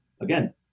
Again